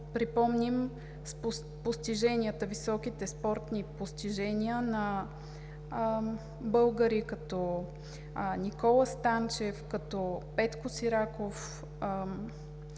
припомним високите спортни постижения на българи като Никола Станчев, Петко Сираков